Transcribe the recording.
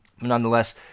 nonetheless